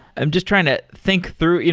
i'm just trying to think through.